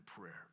prayer